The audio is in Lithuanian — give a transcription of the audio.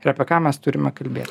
ir apie ką mes turime kalbėti